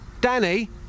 Danny